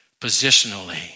positionally